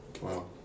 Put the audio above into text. Wow